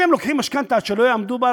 אם הם לוקחים משכנתה שהם לא יעמדו בה,